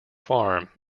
farm